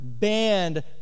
banned